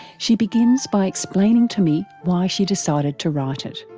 she begins by explaining to me why she decided to write it.